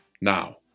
Now